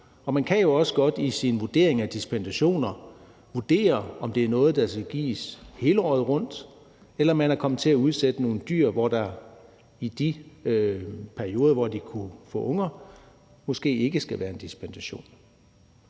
Og man kan jo også godt i sin vurdering af dispensationer vurdere, om det er noget, der skal gives hele året rundt, eller om man er kommet til at udsætte nogle dyr, hvor der i de perioder, hvor de kunne få unger, måske ikke skal være en dispensation.